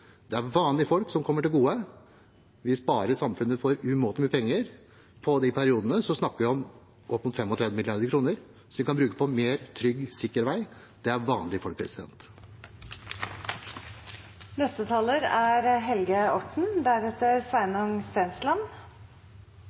som kommer vanlige folk til gode. Vi sparer samfunnet for umåtelig med penger. I de periodene snakker vi om opp mot 35 mrd. kr som vi kan bruke på mer, trygg og sikker vei. Det er vanlige folk.